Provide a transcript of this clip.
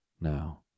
Now